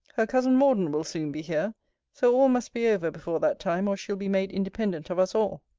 her cousin morden will soon be here so all must be over before that time, or she'll be made independent of us all.